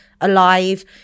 alive